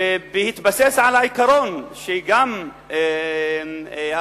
בהתבסס על העיקרון שמדינת ישראל קבעה,